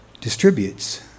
distributes